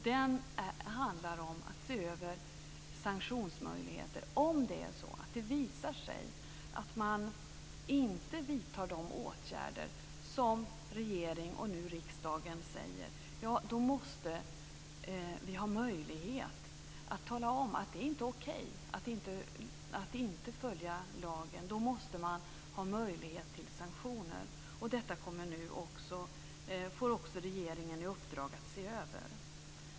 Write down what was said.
Det handlar om att se över sanktionsmöjligheten. Om det visar sig att man inte vidtar de åtgärder som regeringen och nu riksdagen säger bör vidtas, då måste vi ha möjlighet att tala om att det inte är okej att inte följa lagen. Då måste man ha möjlighet till sanktioner. Detta får regeringen i uppdrag att se över.